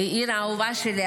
העיר האהובה שלי.